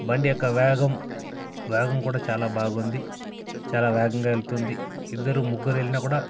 బండి యొక్క వేగం వేగం కూడా చాలా బాగుంది చాలా వేగంగా వెళ్తుంది ఇద్దరు ముగ్గురెల్నా కూడా